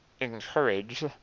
encourage